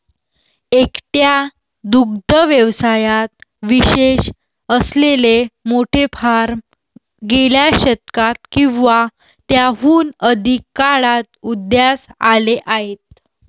एकट्या दुग्ध व्यवसायात विशेष असलेले मोठे फार्म गेल्या शतकात किंवा त्याहून अधिक काळात उदयास आले आहेत